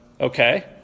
Okay